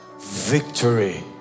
Victory